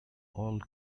all